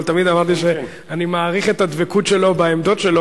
אבל תמיד אמרתי שאני מעריך את הדבקות שלו בעמדות שלו,